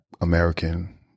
American